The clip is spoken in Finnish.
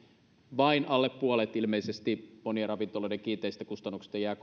vain alle puolet ilmeisesti monien ravintoloiden kiinteistökustannuksista jää